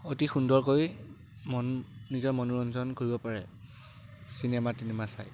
অতি সুন্দৰকৈ মন নিজৰ মনোৰঞ্জন কৰিব পাৰে চিনেমা তিনেমা চাই